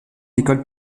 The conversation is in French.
école